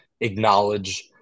acknowledge